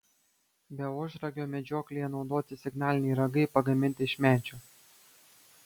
be ožragio medžioklėje naudoti signaliniai ragai pagaminti iš medžio